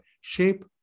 shape